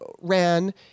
ran